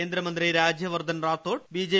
കേന്ദ്രമന്ത്രി രാജ്യ വർദ്ധൻ റാത്തോഡ് ബിജെ